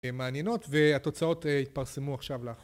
מעניינות, והתוצאות יתפרסמו עכשיו לאחור...